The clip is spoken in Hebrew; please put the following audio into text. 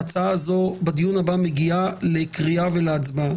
ההצעה הזאת בדיון הבא מגיעה להצבעה לקראת הקריאה הראשונה.